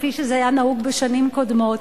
כפי שזה היה נהוג בשנים קודמות.